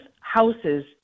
houses